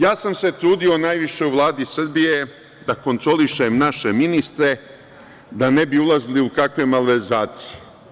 Ja sam se trudio najviše u Vladi Srbije da kontrolišem naše ministre, da ne bi ulazili u kakve malverzacije.